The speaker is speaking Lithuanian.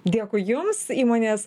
dėkui jums įmonės